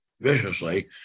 viciously